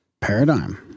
paradigm